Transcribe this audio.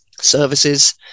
services